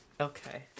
Okay